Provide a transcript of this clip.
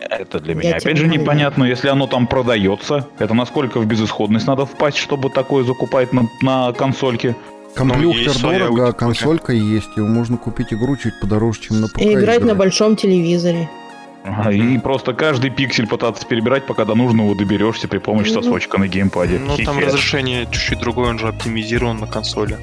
Это для Я меня, тебя опять же, понимаю. непонятно, если оно там продается. Это насколько в безысходность надо впасть, чтобы такое закупать на- на консольке? Компьютер Ну, есть своя дорого, а аудитория. консолька есть, его можно купить, игру чуть подороже, чем на И ПК играть на играть. большом телевизоре. Ага, и Мгм. просто каждый пиксель пытаться перебирать, пока до нужного доберешься при помощи Мгм. сосочка на геймпаде. Ну, там разрешение чуть-чуть другое, он же оптимизирован на консоли.